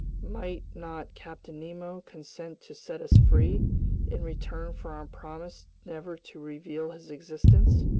might not captain nemo consent to set us free in return for our promise never to reveal his existence?